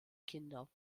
kinder